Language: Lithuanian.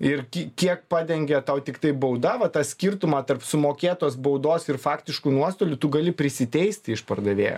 ir kiek padengė tau tiktai bauda va tą skirtumą tarp sumokėtos baudos ir faktiškų nuostolių tu gali prisiteisti iš pardavėjo